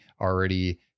already